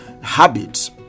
habits